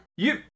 You-